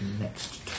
next